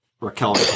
Raquel